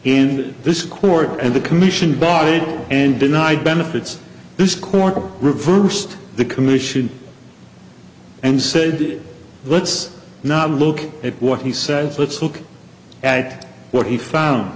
in this court and the commission bought it and denied benefits this court reversed the commission and said let's not look at what he says let's look at what he found